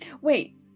Wait